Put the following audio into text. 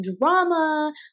drama